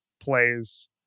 plays